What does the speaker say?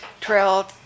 trail